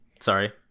sorry